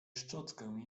szczotkę